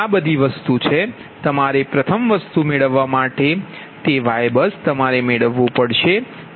આ બધી વસ્તુ એ તમારે પ્રથમ વસ્તુ મેળવવા માટે છે તે YBUS તમારે મેળવવું પડશે